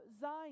Zion